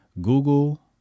Google